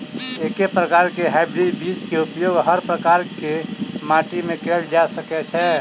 एके प्रकार केँ हाइब्रिड बीज केँ उपयोग हर प्रकार केँ माटि मे कैल जा सकय छै?